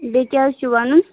بیٚیہِ کیاہ حظ چھُ وَنُن